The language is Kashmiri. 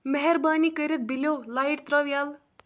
مہربٲنی کٔرِِتھ بِلیٛوٗ لایٹ ترٛاو یَلہٕ